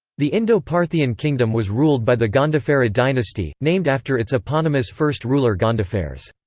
the indo-parthian kingdom was ruled by the gondopharid dynasty, named after its eponymous first ruler gondophares.